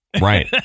right